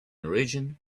origin